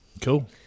Cool